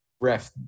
ref